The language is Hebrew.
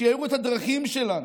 שיאירו את הדרכים שלנו.